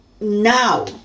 now